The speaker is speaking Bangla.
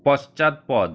পশ্চাৎপদ